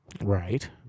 Right